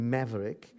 Maverick